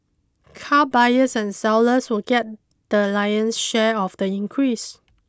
car buyers and sellers will get the lion's share of the increase